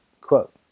quote